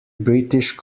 british